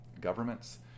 governments